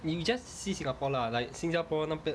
you just see singapore lah like 新加坡那边